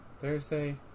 Thursday